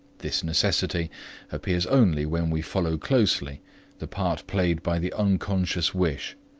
this necessity appears only when we follow closely the part played by the unconscious wish,